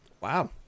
wow